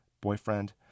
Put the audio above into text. Boyfriend